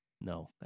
No